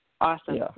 awesome